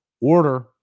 order